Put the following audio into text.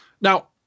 now